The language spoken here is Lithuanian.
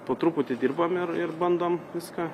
po truputį dirbam ir ir bandom viską